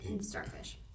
Starfish